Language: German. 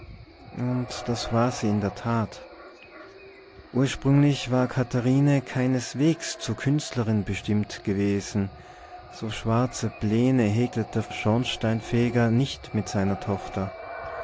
und das war sie in der tat ursprünglich war katharine keineswegs zur künstlerin bestimmt gewesen so schwarze pläne hegte der schornsteinfeger nicht mit seiner tochter